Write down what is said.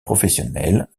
professionnels